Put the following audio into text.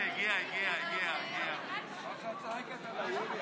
סעיף 2, כהצעת הוועדה,